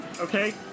okay